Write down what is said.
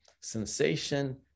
sensation